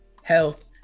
health